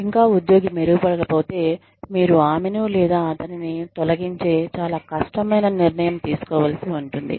ఇంకా ఉద్యోగి మెరుగుపడకపోతే మీరు ఆమెను లేదా అతనిని తొలగించే చాలా కష్టమైన నిర్ణయం తీసుకోవలసి ఉంటుంది